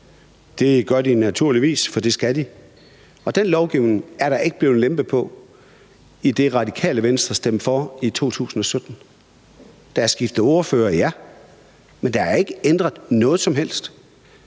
det gør de naturligvis, for det skal de, og den lovgivning er der ikke blevet lempet på i det, Radikale Venstre stemte for i 2017. Der er skiftet ordfører, ja, men der er ikke ændret noget som helst,